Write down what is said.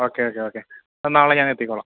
okay okay okay നാളെ ഞാനെത്തിക്കോളാം